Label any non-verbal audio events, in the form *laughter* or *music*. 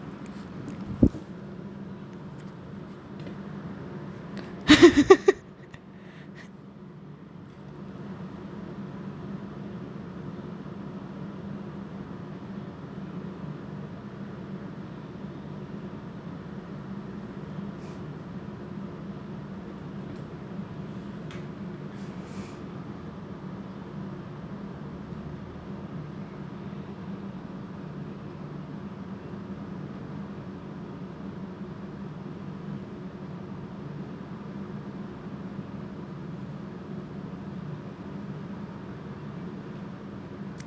*noise* *laughs*